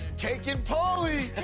taking pauly!